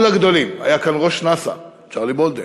כל הגדולים: היה כאן ראש נאס"א צ'רלי בולדן,